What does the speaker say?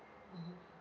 mmhmm